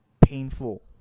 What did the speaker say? painful